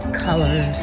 colors